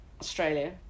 Australia